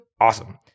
Awesome